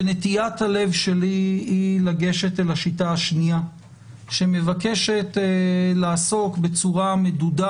שנטיית הלב שלי היא לגשת אל השיטה השנייה שמבקשת לעסוק בצורה מדודה